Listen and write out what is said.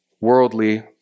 worldly